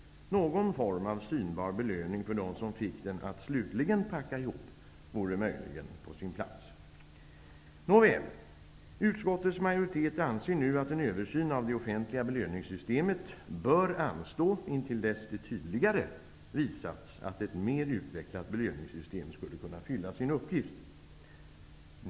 Någon form av synbar belöning för dem som fick den att slutligen packa ihop vore möjligen på sin plats! Nåväl, utskottets majoritet anser nu att en översyn av det offentliga belöningssystemet bör anstå intill dess det tydligare visats att ett mer utvecklat belöningssystem skulle kunna fylla sin uppgift.